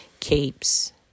Capes